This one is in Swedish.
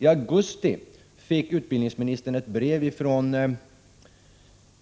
I augusti fick utbildningsministern ett brev från